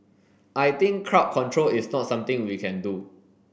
I think crowd control is not something we can do